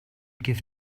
give